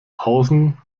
außen